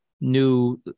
new